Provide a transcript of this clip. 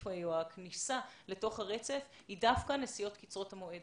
והכניסה לתוך הרצף היא דווקא הנסיעות קצרות המועד